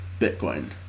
Bitcoin